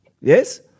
Yes